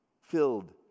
filled